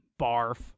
Barf